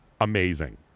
amazing